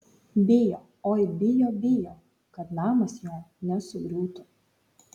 bijo oi bijo bijo kad namas jo nesugriūtų